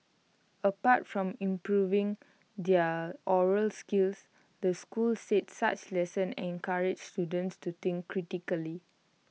apart from improving their oral skills the school said such lessons encourage students to think critically